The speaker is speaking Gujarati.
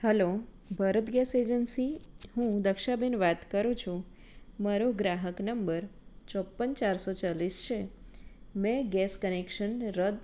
હાલો ભારત ગેસ એજન્સી હું દક્ષાબેન વાત કરું છું મારો ગ્રાહક નંબર ચોપન ચારસો ચાલીસ છે મેં ગેસ કનેક્શન રદ